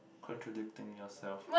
contradicting yourself